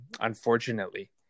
unfortunately